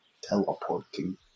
Teleporting